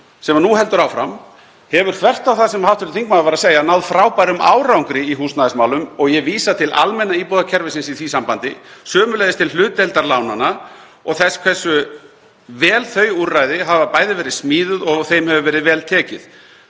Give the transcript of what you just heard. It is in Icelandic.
sem nú heldur áfram, hefur þvert á það sem hv. þingmaður sagði náð frábærum árangri í húsnæðismálum og ég vísa til almenna íbúðakerfisins í því sambandi. Sömuleiðis til hlutdeildarlánanna og þess hversu vel þau úrræði hafa bæði verið smíðuð og þeim verið vel tekið.